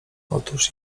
otóż